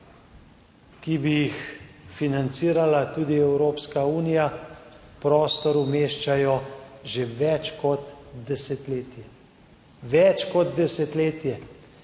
ki bi jih financirala tudi Evropska unija, v prostor umeščajo že več kot desetletje, več kot desetletje.